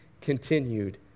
continued